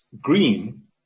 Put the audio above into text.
green